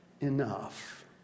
enough